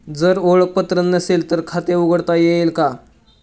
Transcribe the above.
जर ओळखपत्र नसेल तर खाते उघडता येईल का?